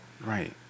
Right